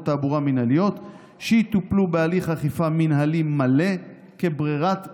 תעבורה מינהליות שיטופלו בהליך אכיפה מינהלי מלא כברירת מחדל.